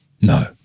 No